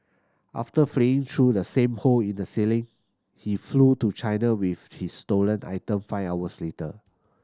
after fleeing through the same hole in the ceiling he flew to China with his stolen item five hours later